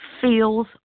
feels